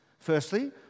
Firstly